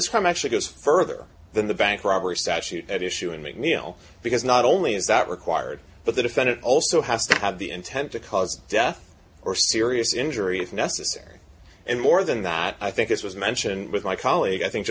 crime actually goes further than the bank robbery statute at issue in mcneil because not only is that required but the defendant also has to have the intent to cause death or serious injury if necessary and more than that i think this was mentioned with my colleague i think